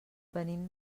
venim